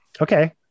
Okay